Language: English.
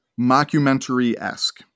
mockumentary-esque